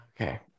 Okay